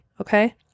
okay